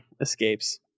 escapes